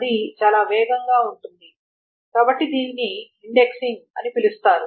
ఇది చాలా వేగంగా ఉంటుంది కాబట్టి దీనిని ఇండెక్సింగ్ అని పిలుస్తారు